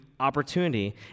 Opportunity